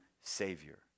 savior